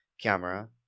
camera